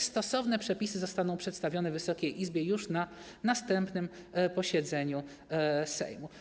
Stosowne przepisy zostaną przedstawione Wysokiej Izbie już na następnym posiedzeniu Sejmu.